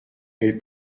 elle